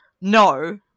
no